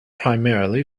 primarily